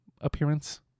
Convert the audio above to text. appearance